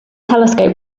telescope